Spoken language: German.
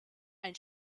ein